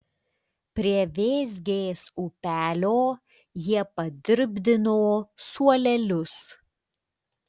prie vėzgės upelio jie padirbdino suolelius